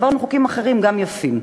העברנו חוקים אחרים, גם כן יפים,